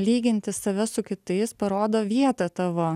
lyginti save su kitais parodo vietą tavo